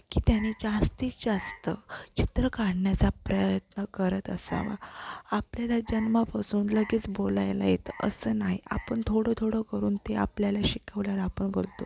की त्यांनी जास्तीत जास्त चित्रं काढण्याचा प्रयत्न करत असावा आपल्याला जन्मापासून लगेच बोलायला येतं असं नाही आपण थोडं थोडं करून ते आपल्याला शिकवल्यावर आपण बोलतो